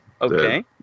Okay